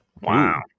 Wow